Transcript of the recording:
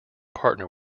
partner